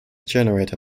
generator